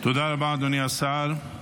תודה רבה, אדוני השר.